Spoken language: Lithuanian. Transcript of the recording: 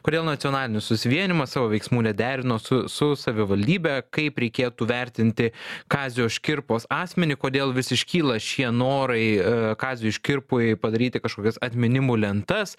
kodėl nacionalinis susivienijimas savo veiksmų nederino su su savivaldybe kaip reikėtų vertinti kazio škirpos asmenį kodėl vis iškyla šie norai kaziui škirpui padaryti kažkokias atminimų lentas